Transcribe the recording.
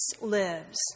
lives